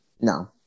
No